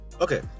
Okay